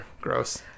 gross